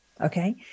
Okay